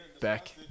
Beck